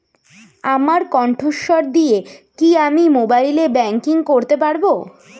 আমার কন্ঠস্বর দিয়ে কি আমি মোবাইলে ব্যাংকিং করতে পারবো?